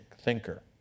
thinker